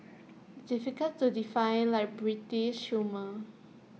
difficult to define like British humour